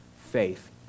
faith